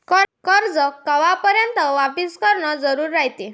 कर्ज कवापर्यंत वापिस करन जरुरी रायते?